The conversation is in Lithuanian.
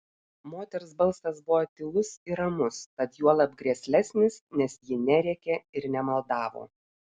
moters balsas buvo tylus ir ramus tad juolab grėslesnis nes ji nerėkė ir nemaldavo